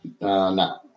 no